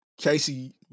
Casey